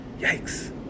Yikes